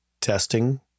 testing